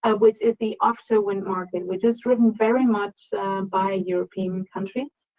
ah which is the offshore wind market, which is driven very much by european countries.